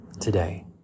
today